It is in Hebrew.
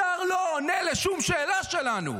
השר לא עונה על שום שאלה שלנו.